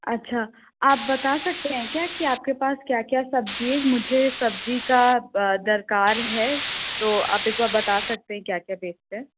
अच्छा आप बता सकते हैं क्या कि आपके पास क्या क्या सब्ज़ी है मुझे सब्ज़ी का दरकार है तो आप एक बार बता सकते है क्या क्या बेचते हैं